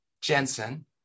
jensen